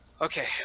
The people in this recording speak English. Okay